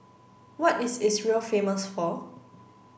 what is Israel famous for